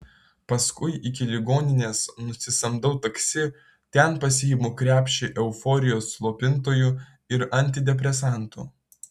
paskui iki ligoninės nusisamdau taksi ten pasiimu krepšį euforijos slopintojų ir antidepresantų